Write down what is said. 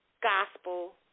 Gospel